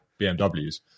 BMWs